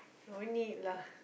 no need lah